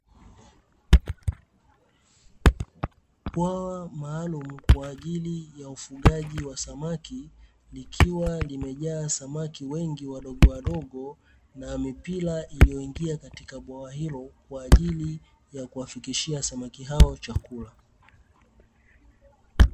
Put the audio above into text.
Bwawa maalumu kwa ajili ya ufugaji wa samaki likiwa limejaa samaki wengi wadogo wadogo na mipira iliyoingia katika bwawa hilo kwa ajili ya kuwafikishia samaki hao chakula.